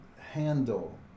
handle